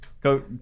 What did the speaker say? Go